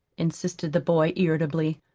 insisted the boy irritably.